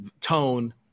Tone